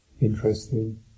interesting